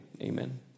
amen